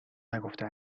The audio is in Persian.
نگفته